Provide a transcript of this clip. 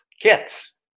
kits